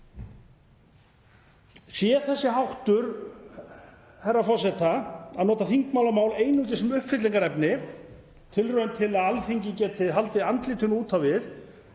Sé þessi háttur herra forseta, að nota þingmannamál einungis sem uppfyllingarefni, tilraun til að Alþingi geti haldið andlitinu út á við,